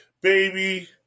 baby